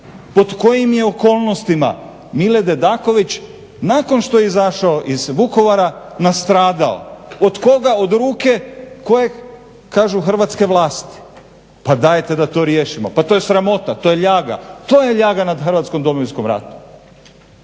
pod kojim je okolnostima Mile Dedaković nakon što je izašao iz Vukovara nastradao? Od koga? Od ruke koje? Kažu hrvatske vlasti. Pa dajte da to riješimo. Pa to je sramota, to je ljaga. To je ljaga na hrvatskom Domovinskom ratu.